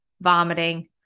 vomiting